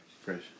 Fresh